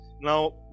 Now